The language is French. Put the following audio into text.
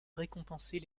récompenser